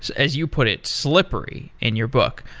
as you put it, slippery in your book,